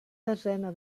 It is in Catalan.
desena